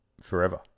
forever